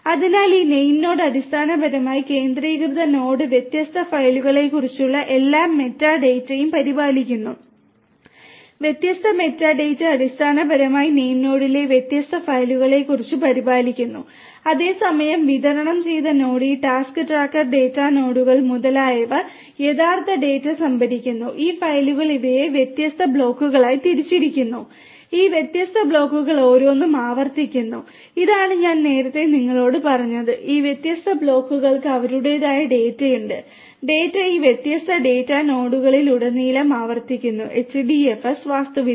അതിനാൽ ഈ നെയിംനോഡ് അടിസ്ഥാനപരമായി കേന്ദ്രീകൃത നോഡ് വ്യത്യസ്ത ഫയലുകളെക്കുറിച്ചുള്ള എല്ലാ മെറ്റാ ഡാറ്റയും പരിപാലിക്കുന്നു വ്യത്യസ്ത മെറ്റാ ഡാറ്റ അടിസ്ഥാനപരമായി നെയിംനോഡിലെ വ്യത്യസ്ത ഫയലുകളെക്കുറിച്ച് പരിപാലിക്കുന്നു അതേസമയം വിതരണം ചെയ്ത നോഡ് ഈ ടാസ്ക് ട്രാക്കർ ഡാറ്റാനോഡുകൾ മുതലായവ യഥാർത്ഥ ഡാറ്റ സംഭരിക്കുന്നു ഈ ഫയലുകൾ ഇവയെ വ്യത്യസ്ത ബ്ലോക്കുകളായി തിരിച്ചിരിക്കുന്നു ഈ വ്യത്യസ്ത ബ്ലോക്കുകൾ ഓരോന്നും ആവർത്തിക്കുന്നു ഇതാണ് ഞാൻ നേരത്തെ നിങ്ങളോട് പറഞ്ഞത് ഈ വ്യത്യസ്ത ബ്ലോക്കുകൾക്ക് അവരുടേതായ ഡാറ്റയുണ്ട് ഡാറ്റ ഈ വ്യത്യസ്ത ഡാറ്റാനോഡുകളിലുടനീളം ആവർത്തിക്കുന്നു HDFS വാസ്തുവിദ്യ